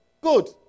Good